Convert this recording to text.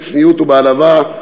בצניעות ובענווה,